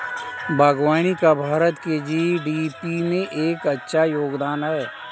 बागवानी का भारत की जी.डी.पी में एक अच्छा योगदान है